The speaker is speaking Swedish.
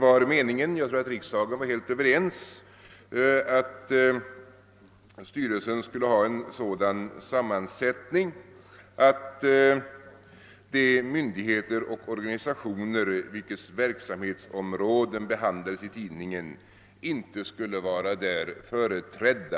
Jag tror att riksdagen var helt överens om att styrelsen skulle ha en sådan sammansättning att de myndigheter och organisationer, vilkas verksamhetsområden behandlades i tidningen, inte skulle vara företrädda.